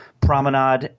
promenade